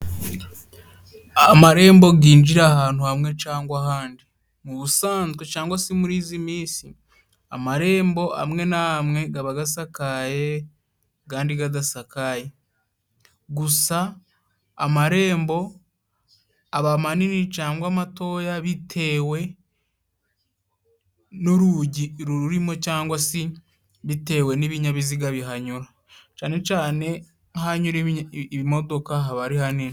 Amarembo ginjira ahantu hamwe cangwa ahandi, mu busanzwe cangwa si muri izi misi amarembo amwe n'amwe gaba gasakaye agandi gadasakaye, gusa amarembo aba manini cangwa matoya bitewe n'urugi rururimo cangwa si bitewe n'ibinyabiziga bihanyura cane cane nk'ahanyura imodoka haba ari hanini.